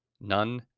None